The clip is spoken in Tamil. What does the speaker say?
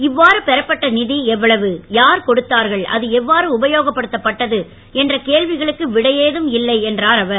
இவ்வாறு பெறப்பட்ட நிதி எவ்வளவு யார் கொடுத்தார்கள் அது எவ்வாறு உபயோகப் படுத்தப்பட்டது என்ற கேள்விகளுக்கு விடையேதும் இல்லை என்றார் அவர்